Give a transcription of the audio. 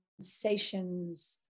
sensations